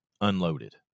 unloaded